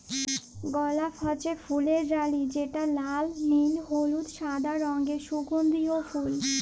গলাপ হচ্যে ফুলের রালি যেটা লাল, নীল, হলুদ, সাদা রঙের সুগন্ধিও ফুল